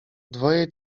dwoje